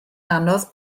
anodd